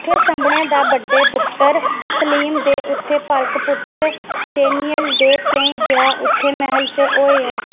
उत्थै सभनें शा बड्डे पुत्तर सलीम ते उत्थै पलक पुत्तर डेनियल दे केईं ब्याह् उं'दे मैह्ल च होए हे